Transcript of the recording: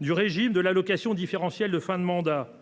du régime de l’allocation différentielle de fin de mandat,